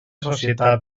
societat